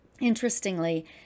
Interestingly